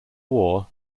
war